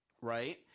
right